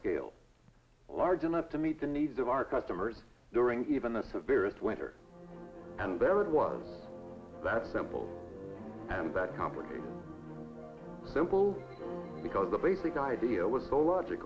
scale large enough to meet the needs of our customers during even the severest winter and there it was that simple and that complicated simple because the basic idea was